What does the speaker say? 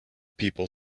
people